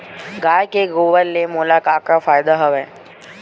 गाय के गोबर ले मोला का का फ़ायदा हवय?